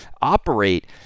operate